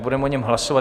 Budeme o něm hlasovat.